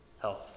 health